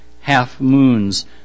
half-moons